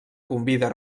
convida